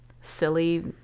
silly